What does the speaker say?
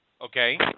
Okay